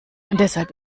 deshalb